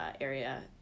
area